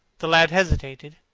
the lad hesitated,